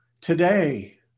Today